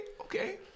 okay